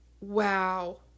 wow